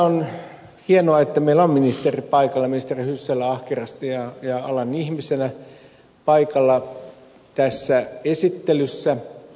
on hienoa että meillä on ministeri paikalla ministeri hyssälä ahkerasti ja alan ihmisenä on paikalla tässä esittelyssä